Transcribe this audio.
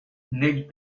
eil